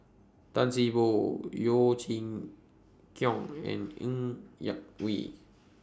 Tan See Boo Yeo Chee Kiong and Ng Yak Whee